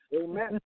Amen